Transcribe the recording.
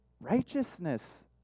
righteousness